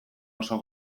oso